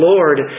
Lord